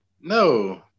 No